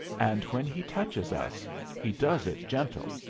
and when he touches us he does it gentle,